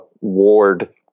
ward